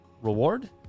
reward